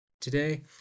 Today